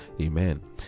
amen